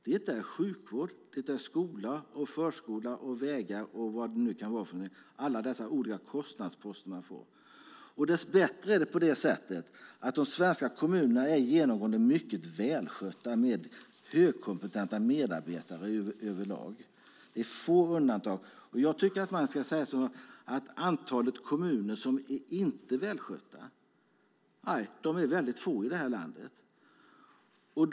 Det är sjukvård, skola, förskola, vägar och vad det nu är - alla dessa olika kostnadsposter. Dess bättre är de svenska kommunerna genomgående mycket välskötta med högkompetenta medarbetare över lag. Det finns få undantag. Jag tycker att man ska säga att antalet kommuner som inte är välskötta här i landet är väldigt få.